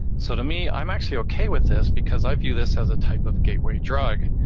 so to me, i'm actually okay with this because i view this as a type of gateway drug.